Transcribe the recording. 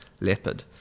leopard